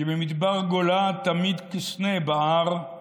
/ שבמדבר גולה תמיד כסנה בהר /